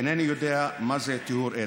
אינני יודע מה זה טיהור אתני.